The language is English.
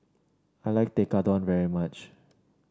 I like Tekkadon very much